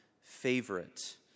favorite